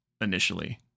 initially